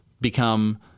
become